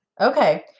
Okay